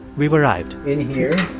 we've arrived in here,